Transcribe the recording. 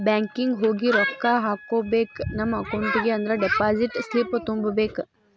banking ಹೋಗಿ ರೊಕ್ಕ ಹಾಕ್ಕೋಬೇಕ್ ನಮ ಅಕೌಂಟಿಗಿ ಅಂದ್ರ ಡೆಪಾಸಿಟ್ ಸ್ಲಿಪ್ನ ತುಂಬಬೇಕ್